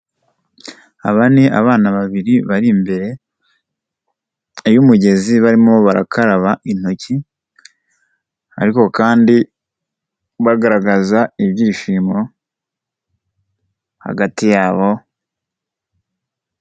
Aba ni abana babiri bari imbere y'umugezi barimo barakaraba intoki ariko kandi bagaragaza ibyishimo hagati yabo.